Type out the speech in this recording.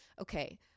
okay